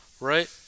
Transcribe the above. right